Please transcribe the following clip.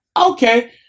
Okay